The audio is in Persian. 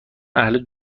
اهل